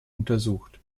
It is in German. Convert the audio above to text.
untersucht